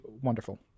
wonderful